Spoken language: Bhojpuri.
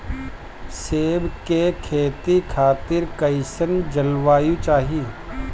सेब के खेती खातिर कइसन जलवायु चाही?